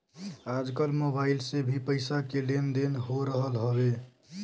आजकल मोबाइल से भी पईसा के लेन देन हो रहल हवे